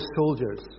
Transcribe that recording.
soldiers